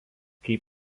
kaip